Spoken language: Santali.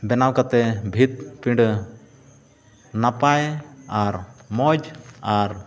ᱵᱮᱱᱟᱣ ᱠᱟᱛᱮᱫ ᱵᱷᱤᱛ ᱯᱤᱸᱰᱟᱹ ᱱᱟᱯᱟᱭ ᱟᱨ ᱢᱚᱡᱽ ᱟᱨ